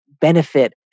benefit